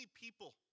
people